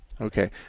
Okay